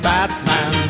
Batman